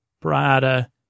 Prada